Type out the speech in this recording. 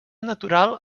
natural